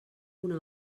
una